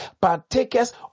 partakers